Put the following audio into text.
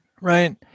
right